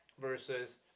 versus